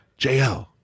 JL